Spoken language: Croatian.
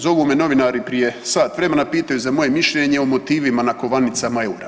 Zovu me novinari prije sat vremena, pitaju za moje mišljenje o motivima na kovanicama EUR-a.